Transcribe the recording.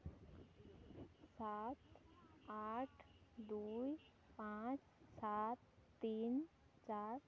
ᱥᱟᱛ ᱟᱴ ᱫᱩᱭ ᱯᱟᱸᱪ ᱥᱟᱛ ᱛᱤᱱ ᱪᱟᱨ